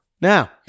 Now